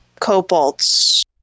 Cobalts